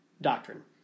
doctrine